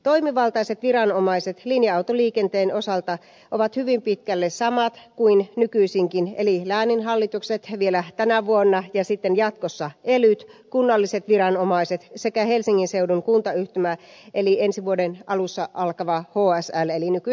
toimivaltaiset viranomaiset linja autoliikenteen osalta ovat hyvin pitkälle samat kuin nykyisinkin eli lääninhallitukset vielä tänä vuonna ja sitten jatkossa elyt kunnalliset viranomaiset sekä helsingin seudun kuntayhtymä eli ensi vuoden alussa alkava hsl eli nykyinen ytv